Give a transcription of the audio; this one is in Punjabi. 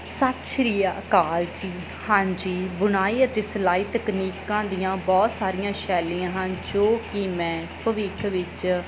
ਸਤਿ ਸ਼੍ਰੀ ਅਕਾਲ ਜੀ ਹਾਂਜੀ ਬੁਣਾਈ ਅਤੇ ਸਿਲਾਈ ਤਕਨੀਕਾਂ ਦੀਆਂ ਬਹੁਤ ਸਾਰੀਆਂ ਸ਼ੈਲੀਆਂ ਹਨ ਜੋ ਕਿ ਮੈਂ ਭਵਿੱਖ ਵਿੱਚ